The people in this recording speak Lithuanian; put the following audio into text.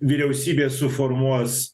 vyriausybę suformuos